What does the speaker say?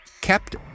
Kept